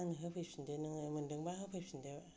आंनो होफैफिनदो नोङो मोनदोंबा होफैफिनदो